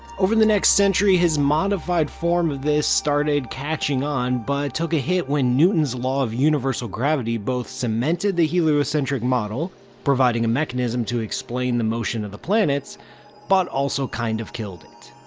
over the next century his modified form of this started catching on but took a hit when newton's law of universal gravity both cemented the heliocentric model providing a mechanism to explain the motion of the planets but also kind of killed it.